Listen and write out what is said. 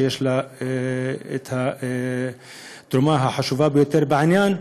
שיש לה תרומה חשובה ביותר לעניין.